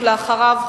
ולאחריו,